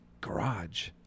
garage